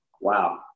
Wow